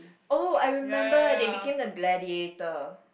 oh I remember they became the gladiator